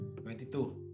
22